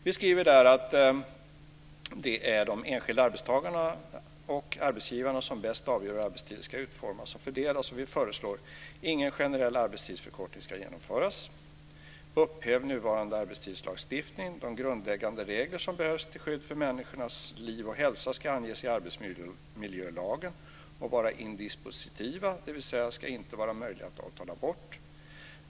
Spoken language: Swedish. Vi skriver i motionen att det är de enskilda arbetstagarna och arbetsgivarna som bäst avgör hur arbetstiden ska utformas och fördelas. Vi föreslår att ingen generell arbetstidsförkortning ska genomföras. Vidare vill vi upphäva nuvarande arbetstidslagstiftning. De grundläggande regler som behövs till skydd för människors liv och hälsa ska anges i arbetsmiljölagen och vara indispositiva, dvs. inte möjliga att avtala bort.